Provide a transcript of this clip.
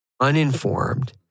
uninformed